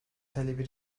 talebi